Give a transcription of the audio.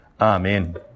Amen